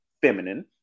feminine